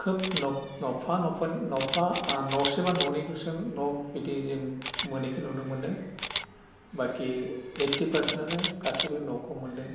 खोब न'फा न'फोर न'फा न'सेबा न'नैल'सो न' बिदि जों मोनिखौ नुनो मोनदों बाखि ओइटि र्पासेन्टानो गासिबो न'खौ मोनदों